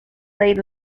laid